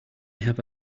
have